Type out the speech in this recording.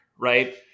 right